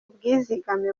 ubwizigame